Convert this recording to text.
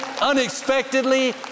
unexpectedly